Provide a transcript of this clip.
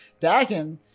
Dagen